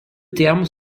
termes